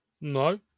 No